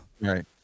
right